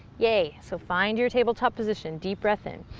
yay, so find your tabletop position, deep breath in,